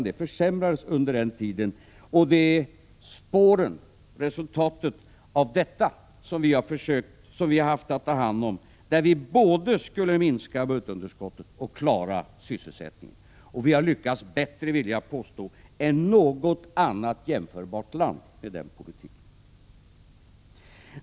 Det försämrades tvärtom under den tiden. Det är resultatet av detta som vi har haft att ta hand om. Vi skulle både minska budgetunderskottet och klara sysselsättningen. Vi har lyckats bättre med den politiken än något annat jämförbart land, vill jag påstå.